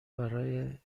برای